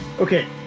Okay